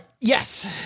yes